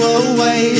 away